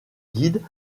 guides